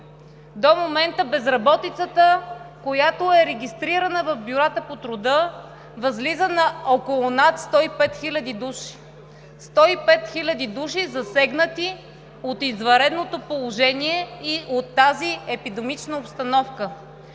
до момента безработицата, която е регистрирана в бюрата по труда, възлиза на около над 105 хиляди души. Сто и пет хиляди души, засегнати от извънредното положение и от тази епидемична обстановка.